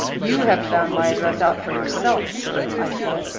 you have found my address out for yourself, sir i said.